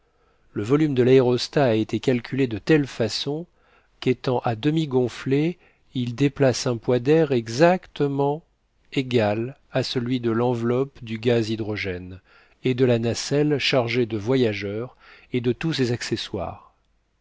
le volume de l'aérostat a été calculé de telle façon qu'étant à demi gonflé il déplace un poids d'air exacte ment égal à celui de l'enveloppe du gaz hydrogène et de la nacelle chargée de voyageurs et de tous ses accessoires